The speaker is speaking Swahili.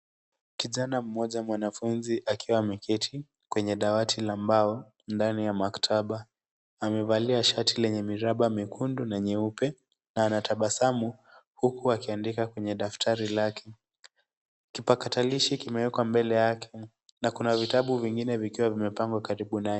Kijana mmoja mwanafunzi akiwa ameketi kwenye dawati la mbao ndani ya maktaba. Amevalia shati lenye miraba myekundu na nyeupe na anatabasamu huku akiandika kwenye daftari lake. Kipakatalishi kimewekwa mbele yake na kuna vitabu vingine vikiwa vimepangwa karibu naye.